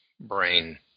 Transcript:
brain